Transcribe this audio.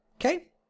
okay